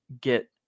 get